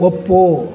ಒಪ್ಪು